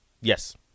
Yes